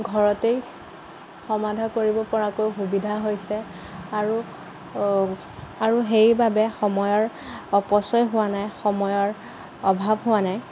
ঘৰতেই সমাধা কৰিব পৰাকৈ সুবিধা হৈছে আৰু আৰু সেইবাবে সময়ৰ অপচয় হোৱা নাই সময়ৰ অভাৱ হোৱা নাই